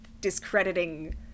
discrediting